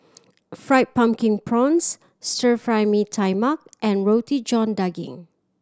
Fried Pumpkin Prawns Stir Fry Mee Tai Mak and Roti John Daging